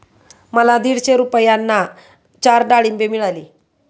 मला दीडशे रुपयांना चार डाळींबे मिळाली